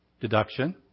deduction